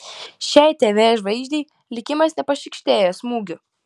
šiai tv žvaigždei likimas nepašykštėjo smūgių